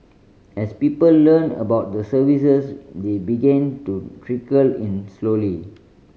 as people learnt about the services they began to trickle in slowly